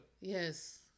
Yes